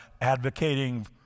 advocating